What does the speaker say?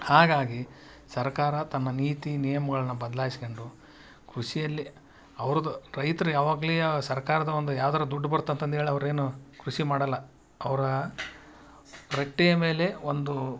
ಹಾಗಾಗಿ ಸರ್ಕಾರ ತನ್ನ ನೀತಿ ನಿಯಮಗಳನ್ನ ಬದ್ಲಾಯ್ಸ್ಕಂಡು ಕೃಷಿಯಲ್ಲಿ ಅವ್ರುದು ರೈತರ ಯಾವಾಗಲಿ ಸರ್ಕಾರದ ಒಂದು ಯಾವುದಾರ ದುಡ್ಡ್ ಬರ್ತಂತ ಅಂದು ಹೇಳಿ ಅವ್ರೇನು ಕೃಷಿ ಮಾಡಲ್ಲ ಅವರ ರಟ್ಟಿಯ ಮೇಲೆ ಒಂದೂ